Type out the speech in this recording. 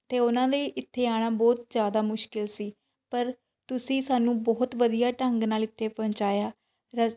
ਅਤੇ ਉਹਨਾਂ ਲਈ ਇੱਥੇ ਆਉਣਾ ਬਹੁਤ ਜ਼ਿਆਦਾ ਮੁਸ਼ਕਲ ਸੀ ਪਰ ਤੁਸੀਂ ਸਾਨੂੰ ਬਹੁਤ ਵਧੀਆ ਢੰਗ ਨਾਲ਼ ਇੱਥੇ ਪਹੁੰਚਾਇਆ ਰਸ